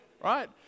right